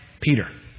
Peter